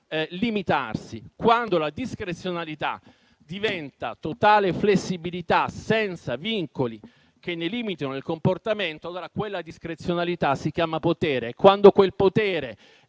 autolimitarsi. Quando la discrezionalità diventa totale flessibilità, senza vincoli che ne limitino il comportamento, allora quella discrezionalità si chiama potere. E, quando quel potere